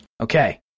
Okay